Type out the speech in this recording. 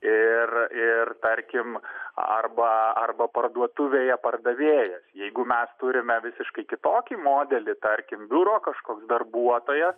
ir ir tarkim arba arba parduotuvėje pardavėjas jeigu mes turime visiškai kitokį modelį tarkim biuro kažkoks darbuotojas